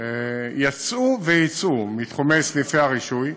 יָצאו ויֵצאו מתחומי סניפי הרישוי,